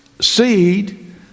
seed